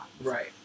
Right